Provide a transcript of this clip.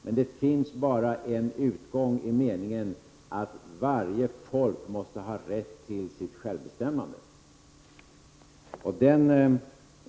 Men det finns bara en utgång i den meningen att varje folk måste ha rätt till sitt självbestämmande.